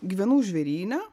gyvenau žvėryne